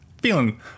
feeling